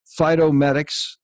Phytomedics